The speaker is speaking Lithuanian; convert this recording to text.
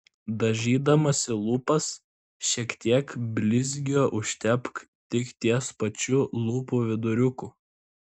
dažydamasi lūpas šiek tiek blizgio užtepk tik ties pačiu lūpų viduriuku